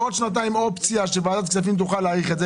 ועם אופציה להארכה לעוד שנתיים?